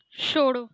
छोड़ो